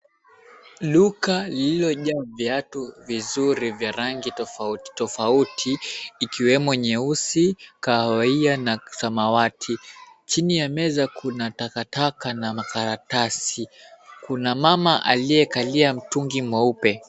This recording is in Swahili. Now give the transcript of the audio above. Duka lililojaaa viatu vizuri vya rangi tofauti tofauti ikiwemo nyeusi, kahawia na samawati. Chini ya meza kuna takataka na makaratasi. Kuna mama aliyekalia mtungi mweupe.